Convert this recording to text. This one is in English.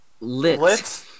lit